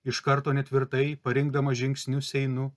iš karto netvirtai parinkdamas žingsnius einu